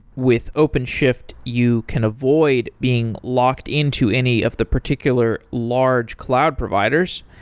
with openshift, you can avoid being locked into any of the particular large cloud providers.